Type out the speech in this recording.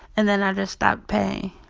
and then i just stopped paying